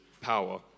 power